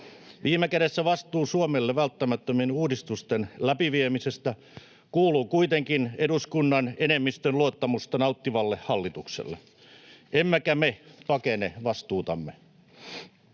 Viime kädessä vastuu Suomelle välttämättömien uudistusten läpi viemisestä kuuluu kuitenkin eduskunnan enemmistön luottamusta nauttivalle hallitukselle, emmekä me pakene vastuutamme.